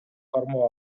кармоо